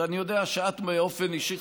ואני יודע שאת באופן אישי,